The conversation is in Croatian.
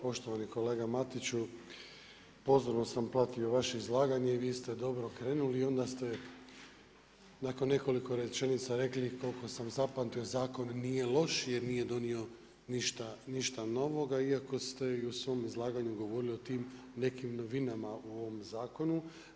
Poštovani kolega Matiću, pozorno sam pratio vaše izlaganje i vi ste dobro krenuli i onda ste nakon nekoliko rečenica rekli, koliko sam zapamtio, zakon nije loš, jer nije donio ništa novoga, iako ste i u svom izlaganju govorili o tim nekim novinama u ovom zakonu.